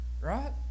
right